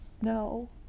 No